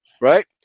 right